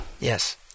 Yes